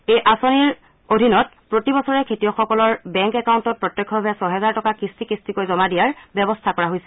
এই আঁচনিৰ অধীনত প্ৰতিবছৰে খেতিয়কসকলৰ বেংক একাউণ্টত প্ৰত্যক্ষভাৱে ছহেজাৰ টকা কিস্তি কিস্তিকৈ জমা দিয়াৰ ব্যৱস্থা কৰা হৈছিল